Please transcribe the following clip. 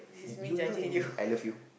you you don't angry I love you